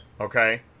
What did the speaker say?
Okay